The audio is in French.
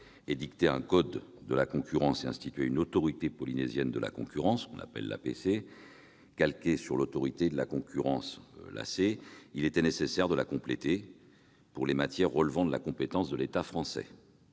édictait un code de la concurrence et instituait une autorité polynésienne de la concurrence, calquée sur l'Autorité de la concurrence, il était nécessaire de la compléter pour les matières relevant de la compétence de l'État français.